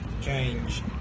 Change